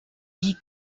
dit